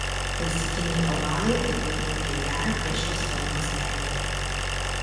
klasikiniai ovalai taip pat puikiai dera prie šios formos veido